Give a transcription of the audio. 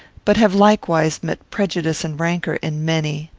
but have likewise met prejudice and rancor in many.